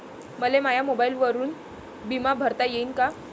मले माया मोबाईलवरून बिमा भरता येईन का?